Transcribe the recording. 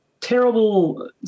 terrible